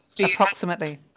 approximately